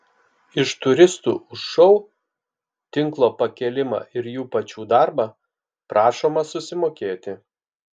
iš turistų už šou tinklo pakėlimą ir jų pačių darbą prašoma susimokėti